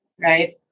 Right